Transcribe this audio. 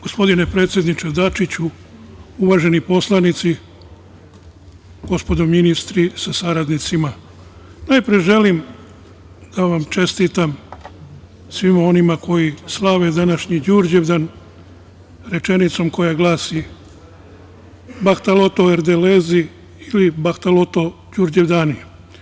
Gospodine predsedniče Dačiću, uvaženi poslanici, gospodo ministri sa saradnicima, najpre želim da vam čestitam svima onima koji slave današnji Đurđevdan rečenicom koja glasi - bahtalo erdelezi ili bahtalo Đurđevdani.